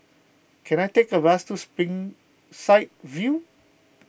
can I take a bus to Springside View